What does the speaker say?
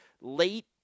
late